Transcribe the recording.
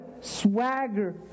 swagger